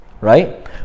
right